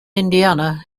indiana